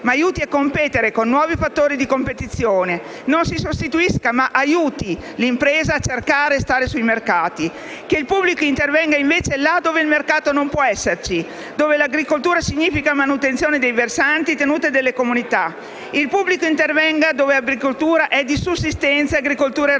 ma aiuti a competere con nuovi fattori di competizione. Non si sostituisca, ma aiuti l'impresa a cercare di stare sui mercati. Che il pubblico intervenga invece là dove il mercato non può esserci, dove agricoltura significa manutenzione dei versanti e tenuta delle comunità. Il pubblico intervenga dove l'agricoltura è di sussistenza ed è agricoltura eroica,